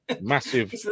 Massive